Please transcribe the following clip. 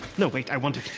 no wait, i want it.